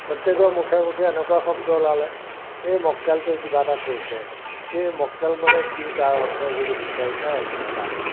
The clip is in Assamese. প্ৰত্যেকৰ মুখে মুখে এনেকুৱা শব্দ ওলালে এই মক্কেলটোৱে কিবা এটা কৈছে কি মক্কেল মানে কি তাৰ অৰ্থ যদি বিচাৰি চাই একো নাপায়